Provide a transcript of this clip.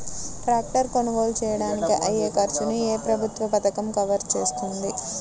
Tractor కొనుగోలు చేయడానికి అయ్యే ఖర్చును ఏ ప్రభుత్వ పథకం కవర్ చేస్తుంది?